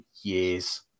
years